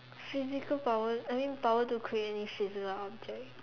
physical powers I mean power to create any physical object